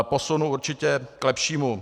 Posunu určitě k lepšímu.